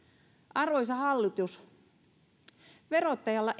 arvoisa hallitus verottajalla